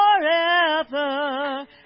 forever